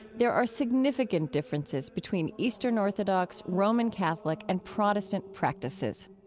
there are significant differences between eastern orthodox, roman catholic and protestant practices.